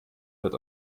wird